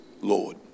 Lord